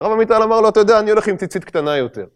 הרב עמיטל אמר לו, אתה יודע, אני הולך עם ציצית קטנה יותר.